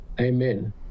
amen